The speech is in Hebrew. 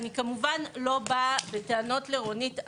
כמובן אני לא באה בטענות לרונית.